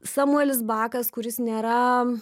samuelis bakas kuris nėra